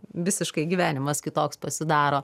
visiškai gyvenimas kitoks pasidaro